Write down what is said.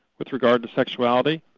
with regard to sexuality,